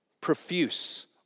Profuse